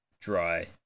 dry